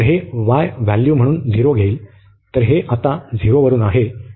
तर हे y value म्हणून झिरो घेईल तर हे आता 0 वरुन आहे